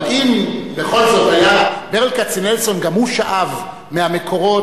אבל אם בכל זאת, ברל כצנלסון גם הוא שאב מהמקורות.